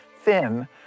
thin